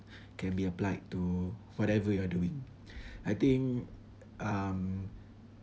can be applied to whatever you are doing I think um